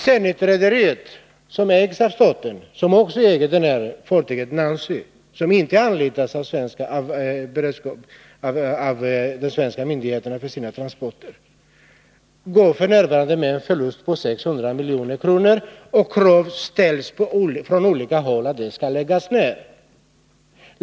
Zenit Shipping AB -— vilket ägs av staten och vilket i sin tur äger fartyget Nanny, som inte anlitats av de svenska myndigheterna för dessas transporter — går f. n. med en förlust på 600 milj.kr., och krav reses från olika håll på att rederiet skall läggas ned.